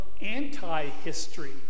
anti-history